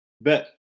Bet